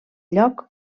lloc